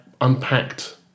unpacked